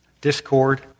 discord